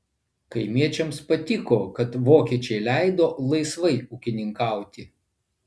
kaimiečiams patiko kad vokiečiai leido laisvai ūkininkauti